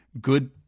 good